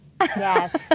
Yes